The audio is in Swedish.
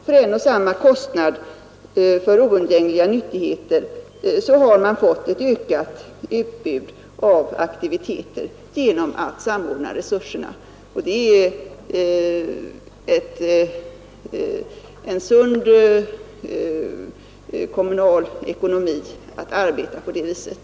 För en och samma kostnad för oundgängliga nyttigheter har man således fått ett ökat utbud av aktiviteter genom att samordna resurserna. Det är en sund kommunal ekonomi att arbeta på det viset.